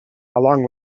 along